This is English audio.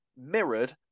mirrored